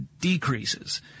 decreases